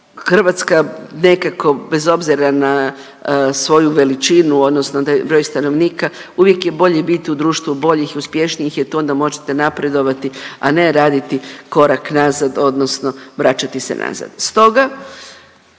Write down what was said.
Hrvatska nekako bez obzira na svoju veličinu odnosno broj stanovnika uvijek je bolje biti u društvu boljih i uspješnijih jer tu onda možete napredovati, a ne raditi korak nazad odnosno vraćati se nazad.